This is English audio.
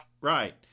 Right